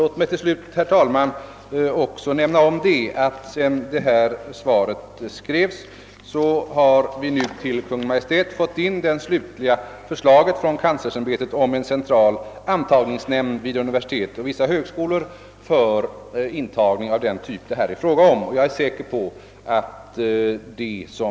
Låt mig till slut, herr talman, också nämna, att sedan svaret skrevs har vi till Kungl. Maj:t fått in det skriftliga förslaget från kanslersämbetet om en central intagningsnämnd vid universitet och vissa högskolor för intagning av den typ det här är fråga om.